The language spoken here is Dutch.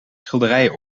schilderijen